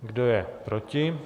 Kdo je proti?